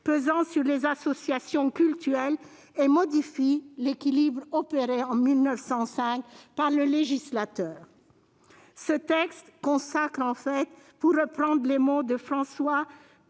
pesant sur les associations cultuelles et modifie l'équilibre opéré en 1905 par le législateur ». Ce texte consacre en fait, pour reprendre les mots de François